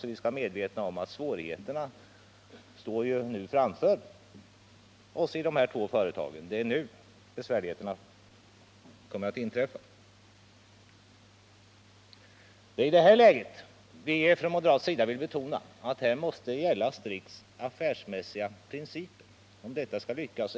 Vi skall vara medvetna om att svårigheterna i de här två företagen ligger framför oss. Det är nu besvärligheterna börjar. Det är i detta läge vi från moderat sida vill betona att strikt affärsmässiga principer måste gälla om detta skall lyckas.